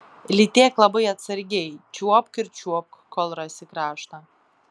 lytėk labai atsargiai čiuopk ir čiuopk kol rasi kraštą